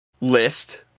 list